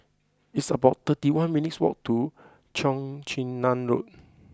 it's about thirty one minutes' walk to Cheong Chin Nam Road